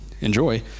enjoy